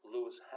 Lewis